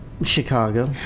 Chicago